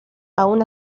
aún